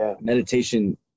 meditation